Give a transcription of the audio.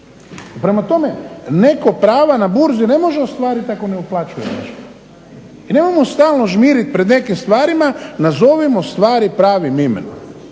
Prema tome, neko prava na burzi ne može ostvariti ako ne uplaćuje nešto. I nemojmo stvarno žmiriti pred nekim stvarima, nazovimo stvari pravim imenom.